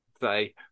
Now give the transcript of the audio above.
say